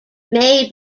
may